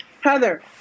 Heather